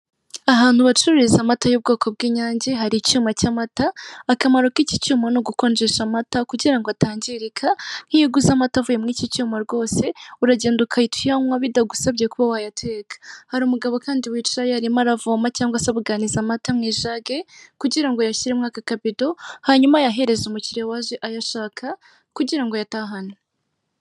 Ahantu bacururiza amata y'ubwoko bw'inyange hari icyuma cy'amata akamaro k'iki cyuma ni ugukonjesha amata kugira ngo atangirika iyo uguze amata avuye muri iki cyuma rwose uragenda ugahita uyannywa bitagusabye ko wayateka .Hari umugabo kandi wicaye yarimo aravoma cyangwa se abuganiza amata mu ijage kugira ngo ayashyire mu kakabido hanyuma ayahereza umukiriya waje ayashaka kugira yatahane.